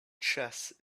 chess